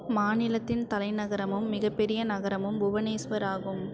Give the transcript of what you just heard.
மாநிலத்தின் தலைநகரமும் மிகப்பெரிய நகரமும் புவனேஸ்வர் ஆகும்